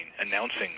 announcing